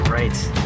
right